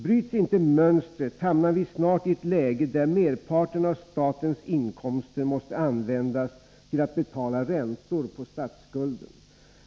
Bryts inte mönstret hamnar vi snart i ett läge, där merparten av statens inkomster måste användas till att betala räntor på statsskulden.